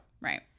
Right